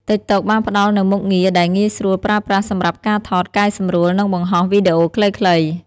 តិកតុកបានផ្ដល់នូវមុខងារដែលងាយស្រួលប្រើប្រាស់សម្រាប់ការថត កែសម្រួល និងបង្ហោះវីដេអូខ្លីៗ។